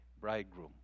bridegroom